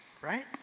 right